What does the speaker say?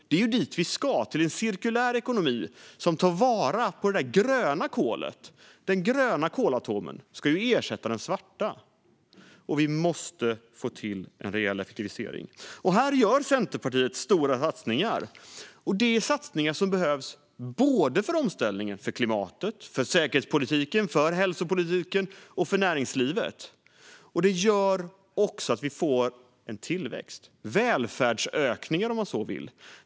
Det är ju dit vi ska, till en cirkulär ekonomi som tar vara på det gröna kolet. Den gröna kolatomen ska ersätta den svarta. Vi måste även få till en rejäl effektivisering. Här gör Centerpartiet stora satsningar. Det är satsningar som behövs för omställningen - för klimatet, för säkerhetspolitiken, för hälsopolitiken och för näringslivet. Satsningarna gör också att vi får tillväxt - välfärdsökningar om man så vill.